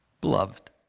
Beloved